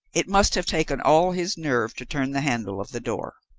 it must have taken all his nerve to turn the handle of the door.